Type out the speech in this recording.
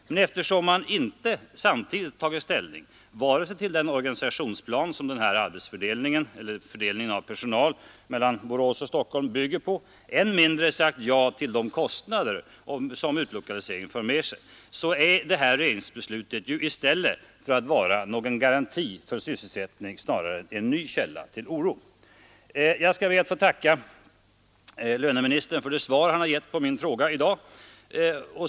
Men eftersom regeringen vägrat att ta ställning till den organisationsplan som fördelningen av personal mellan Borås och Stockholm bygger på och inte heller sagt ja till de kostnader som utlokaliseringen för med sig, är detta regeringsbeslut inte någon garanti för sysselsättningen utan snarare en ny källa till oro. Jag skall be att få tacka löneministern för det svar han i dag har gett på min fråga.